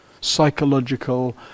psychological